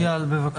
איל בבקשה.